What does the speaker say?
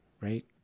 right